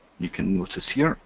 you can notice here